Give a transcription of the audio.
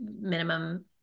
minimum